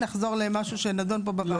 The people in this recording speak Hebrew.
לחזור למשהו שנדון פה בוועדה.